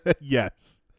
yes